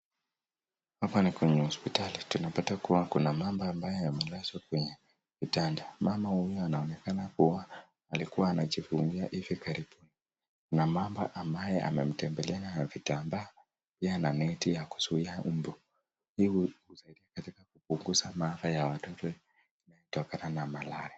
Hapa niko kwenye hospitali. Tunapata kuwa kuna mama ambaye amelazwa kwenye kitanda. Mama huyu anaonekana kuwa alikuwa anajifungua hivi karibuni. Kuna mama ambaye amemtembelea na vitambaa na neti ya kuzuia umbu. Hii husaidia katika kupunguza maafa ya watoto yanayotokana na malaria.